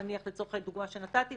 נניח לצורך הדוגמה שהבאתי,